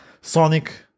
Sonic